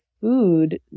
food